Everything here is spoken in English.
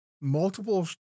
multiple